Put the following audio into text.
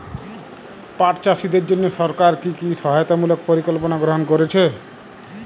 পাট চাষীদের জন্য সরকার কি কি সহায়তামূলক পরিকল্পনা গ্রহণ করেছে?